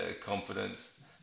confidence